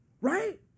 right